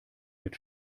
mit